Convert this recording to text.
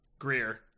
Greer